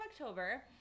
october